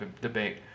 debate